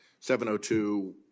702